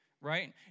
right